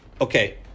Okay